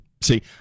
see